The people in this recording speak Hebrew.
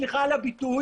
סליחה על הביטוי,